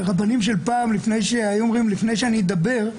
רבנים של פעם היו אומרים: לפני שאני אדבר,